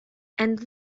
and